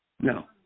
No